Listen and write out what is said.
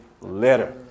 letter